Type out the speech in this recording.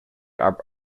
are